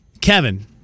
Kevin